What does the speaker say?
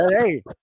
Hey